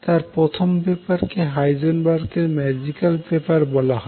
তাঁর প্রথম পেপার কে হাইজেনবার্গ এর ম্যাজিক্যাল পেপার বলা হয়